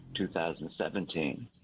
2017